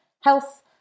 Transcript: Health